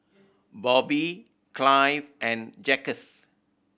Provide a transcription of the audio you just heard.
Bobby Clive and Jacquez